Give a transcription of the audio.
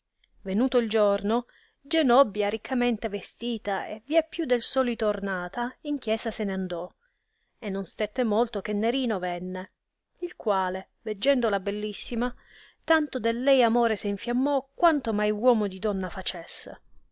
venuto il giorno genobbia riccamente vestita e vie più del solito ornata in chiesa se n andò e non stette molto che nerino venne il quale veggendola bellissima tanto del lei amore se infiammò quanto mai uomo di donna facesse